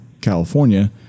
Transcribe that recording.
California